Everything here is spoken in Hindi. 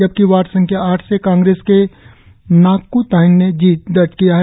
जबकि वार्ड संख्या आठ से कांग्रेस के नागक् तायेंग ने जीत दर्ज किया है